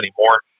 anymore